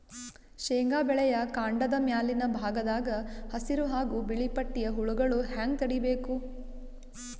ಶೇಂಗಾ ಬೆಳೆಯ ಕಾಂಡದ ಮ್ಯಾಲಿನ ಭಾಗದಾಗ ಹಸಿರು ಹಾಗೂ ಬಿಳಿಪಟ್ಟಿಯ ಹುಳುಗಳು ಹ್ಯಾಂಗ್ ತಡೀಬೇಕು?